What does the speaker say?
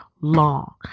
long